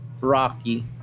rocky